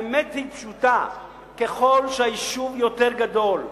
האמת היא פשוטה: ככל שהיישוב יותר גדול,